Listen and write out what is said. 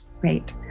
Great